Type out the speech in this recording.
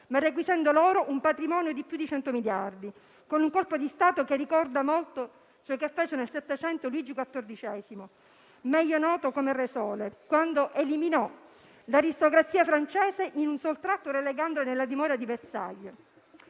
ma requisendo loro un patrimonio di più di 100 miliardi di dollari, con un colpo di Stato che ricorda molto ciò che fece nel Settecento Luigi XIV, meglio noto come il Re Sole, quando eliminò l'aristocrazia francese in un sol tratto relegandola nella dimora di Versailles.